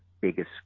biggest